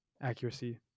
accuracy